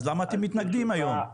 אז למה אתם מתנגדים היום?